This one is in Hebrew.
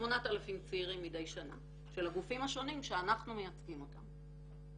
כ-8,000 צעירים מדיי שנה של הגופים השונים שאנחנו מייצגים אותם.